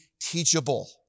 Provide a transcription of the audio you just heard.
teachable